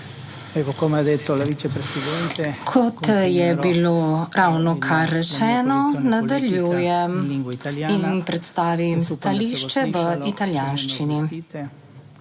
kot je bilo ravnokar rečeno, nadaljujem in predstavim stališče v italijanščini.